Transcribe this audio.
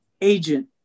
agent